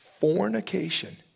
Fornication